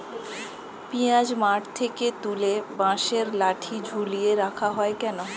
পিঁয়াজ মাঠ থেকে তুলে বাঁশের লাঠি ঝুলিয়ে রাখা হয় কেন?